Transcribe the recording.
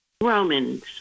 Romans